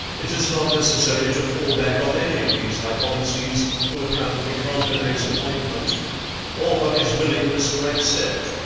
it is not necessary to fall back on any of these hypotheses to account for frontenac's appointment or for his willingness to accept.